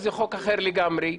זה חוק אחר לגמרי,